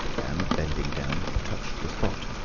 and bending down, touched the spot.